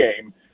game